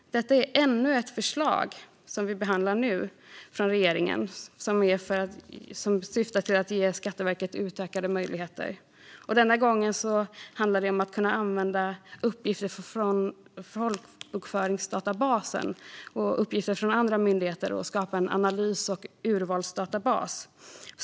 Det här är ännu ett förslag från regeringen som syftar till att ge Skatteverket utökade möjligheter. Denna gång handlar det om att kunna använda uppgifter från folkbokföringsdatabasen och uppgifter från andra myndigheter och skapa en analys och urvalsdatabas.